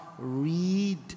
Read